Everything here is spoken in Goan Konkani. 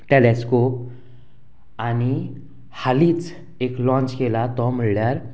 टॅलेस्कोप आनी हालींच एक लाँच केला तो म्हणल्यार